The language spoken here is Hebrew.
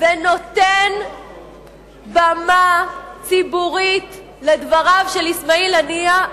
ונותן במה ציבורית לדבריו של אסמאעיל הנייה,